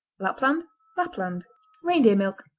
lapland lapland reindeer milk.